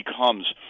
becomes